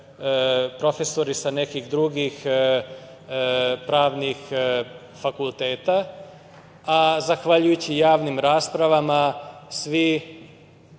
profesori sa nekih drugih pravnih fakulteta. A zahvaljujući javnim raspravama, svi